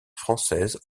française